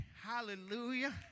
Hallelujah